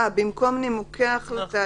אה, במקום נימוקי החלטה.